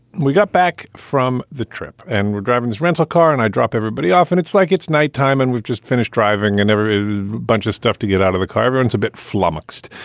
we got back from the trip and we're driving his rental car and i drop everybody off and it's like it's nighttime and we've just finished driving whenever a bunch of stuff to get out of the car. everyone's a bit flummoxed.